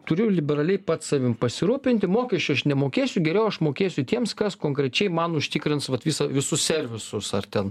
turiu liberaliai pats savim pasirūpinti mokesčių aš nemokėsiu geriau aš mokėsiu tiems kas konkrečiai man užtikrins vat visą visus servisus ar ten